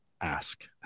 ask